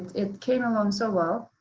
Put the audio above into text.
it came along so well.